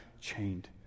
chained